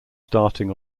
starting